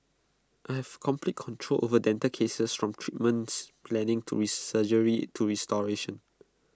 I have complete control over dental cases from treatments planning to surgery to restoration